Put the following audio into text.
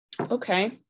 Okay